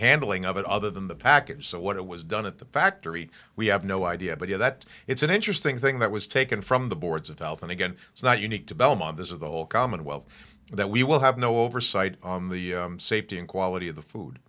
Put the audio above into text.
handling of it other than the package so what it was done at the factory we have no idea but you know that it's an interesting thing that was taken from the boards of health and again it's not unique to belmont this is the whole commonwealth that we will have no oversight on the safety and quality of the food